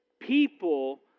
people